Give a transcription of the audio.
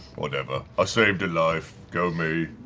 whatever. i saved a life, go me.